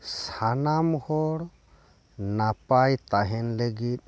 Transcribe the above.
ᱥᱟᱱᱟᱢ ᱦᱚᱲ ᱱᱟᱯᱟᱭ ᱛᱟᱦᱮᱸᱱ ᱞᱟᱹᱜᱤᱫ